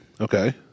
Okay